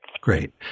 Great